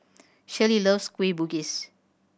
Shelley loves Kueh Bugis